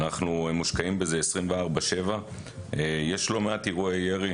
אנחנו מושקעים בזה 24/7. יש לא מעט אירועי ירי,